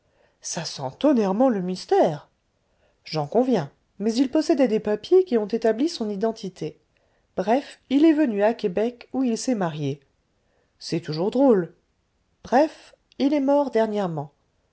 ça sent tonnerrement le mystère j'en conviens mais il possédait des papiers qui ont établi son identité bref il est venu à québec où il s'est marié c'est toujours drôle bref il est mort dernièrement